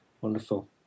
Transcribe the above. Wonderful